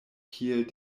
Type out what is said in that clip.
kiel